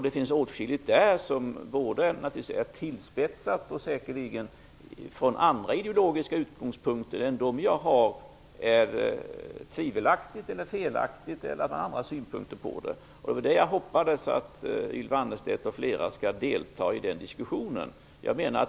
Det finns säkert åtskilligt i den som är tillspetsat och som man från andra ideologiska utgångspunkter än de jag har, kan anse som tvivelaktigt eller felaktigt osv. Jag hoppades att Ylva Annerstedt och flera andra skall delta i den diskussionen.